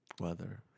Weather